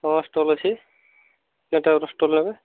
ହଁ ଷ୍ଟଲ୍ ଅଛି ଷ୍ଟଲ୍ ଏବେ